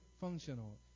functional